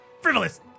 frivolous